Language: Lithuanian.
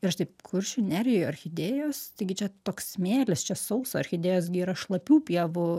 ir aš taip kuršių nerijoj orchidėjos taigi čia toks smėlis čia sausa orchidėjos gi yra šlapių pievų